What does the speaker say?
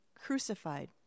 crucified